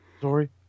sorry